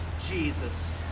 Jesus